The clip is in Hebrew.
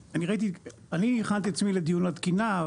אני הכנתי את עצמי לדיון התקינה,